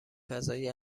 فضای